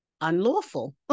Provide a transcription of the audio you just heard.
unlawful